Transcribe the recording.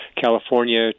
California